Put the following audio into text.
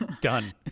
Done